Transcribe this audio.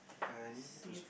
sea